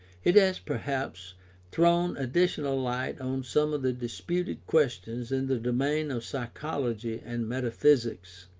it has perhaps thrown additional light on some of the disputed questions in the domain of psychology and metaphysics.